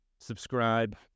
subscribe